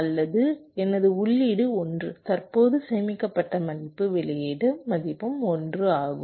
அல்லது எனது உள்ளீடு 1 தற்போதைய சேமிக்கப்பட்ட மதிப்பு வெளியீட்டு மதிப்பும் 1 ஆகும்